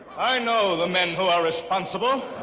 i know the men who are responsible.